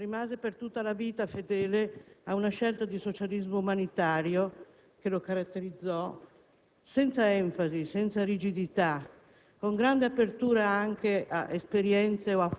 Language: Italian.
partigiano di giustizia e libertà. Rimase per tutta la vita fedele ad una scelta di socialismo umanitario che lo caratterizzò,